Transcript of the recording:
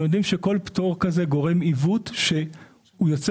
אנחנו יודעים שכל פטור כזה גורם עיוות שהוא יוצר